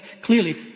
clearly